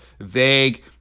vague